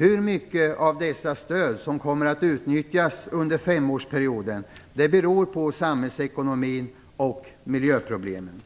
Hur mycket av dessa stöd som kommer att utnyttjas under femårsperioden beror på samhällsekonomin och miljöproblemen.